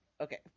Okay